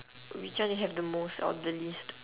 which one you have the most or the least